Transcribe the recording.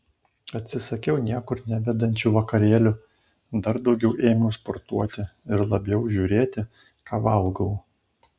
atsisakiau niekur nevedančių vakarėlių dar daugiau ėmiau sportuoti ir labiau žiūrėti ką valgau